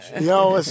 Yo